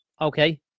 okay